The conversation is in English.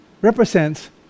represents